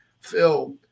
Phil